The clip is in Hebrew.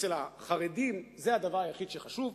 אצל החרדים זה הדבר היחיד שחשוב,